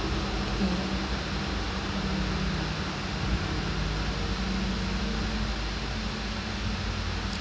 mm